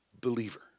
believer